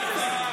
אילה חסון אמרה.